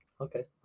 okay